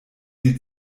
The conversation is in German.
sie